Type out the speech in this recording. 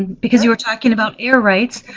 because you were talking about air rights.